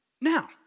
Now